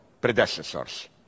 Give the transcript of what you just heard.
predecessors